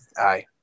Aye